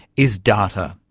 is data,